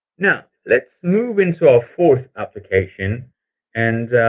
now, let's move into our fourth application and